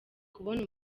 kubona